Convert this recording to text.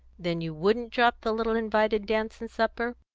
then you wouldn't drop the little invited dance and supper?